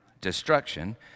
destruction